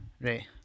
right